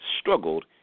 struggled